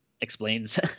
explains